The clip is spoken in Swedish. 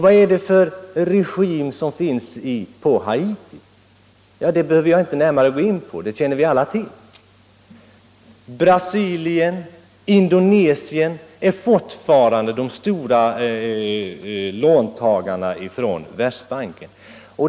Vilken regim har Haiti? Det behöver jag inte närmare gå in på, för det känner vi alla till. Brasilien och Indonesien är fortfarande Världsbankens stora låntagare.